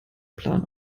plan